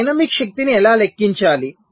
dynamic శక్తిని ఎలా లెక్కించాలి